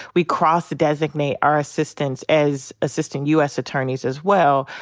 we cross-designate our assistants as assistant u. s. attorneys as well.